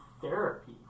therapy